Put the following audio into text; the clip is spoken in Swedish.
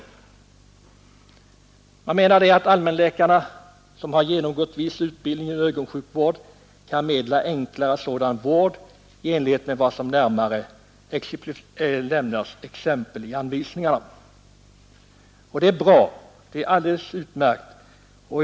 Man menar att allmänläkarna, som har genomgått viss utbildning i ögonsjukvård, kan meddela enklare sådan vård i enlighet med vad som närmare exemplifieras i anvisningarna. Detta är bra; det är alldeles utmärkt.